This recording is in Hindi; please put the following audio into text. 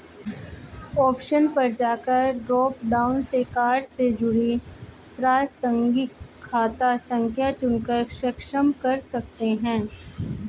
ऑप्शन पर जाकर ड्रॉप डाउन से कार्ड से जुड़ी प्रासंगिक खाता संख्या चुनकर सक्षम कर सकते है